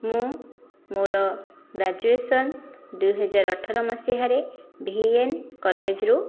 ମୁଁ ମୋର ଗ୍ରାଜୁଏସନ୍ ଦୁଇହଜାର ଅଠର ମସିହାରେ ଭିଏନ୍ କଲେଜରୁ